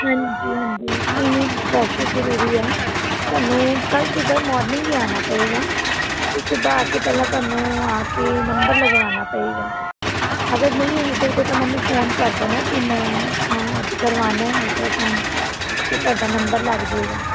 ਹਾਂਜੀ ਹਾਂਜੀ ਨਹੀਂ ਨਹੀਂ ਪ੍ਰੈਸ਼ਰ ਜ਼ਰੂਰੀ ਹੈ ਤੁਹਾਨੂੰ ਕੱਲ੍ਹ ਸੁਬਹ ਮੋਰਨਿੰਗ ਹੀ ਆਉਣਾ ਪਵੇਗਾ ਅਤੇ ਸੁਬਹਾ ਆ ਕੇ ਪਹਿਲਾਂ ਤੁਹਾਨੂੰ ਆ ਕੇ ਨੰਬਰ ਲਗਵਾਉਣਾ ਪਵੇਗਾ ਅਗਰ ਨਹੀਂ ਆ ਸਕਦੇ ਤਾਂ ਮੈਨੂੰ ਫੋਨ ਕਰ ਦੇਣਾ ਕਿ ਮੈਂ ਆ ਅੱਜ ਕਰਵਾਉਣਾ ਅਲਟਰਾਸਾਊਂਡ ਅਤੇ ਤੁਹਾਡਾ ਨੰਬਰ ਲੱਗ ਜਾਵੇਗਾ